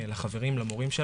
למורים,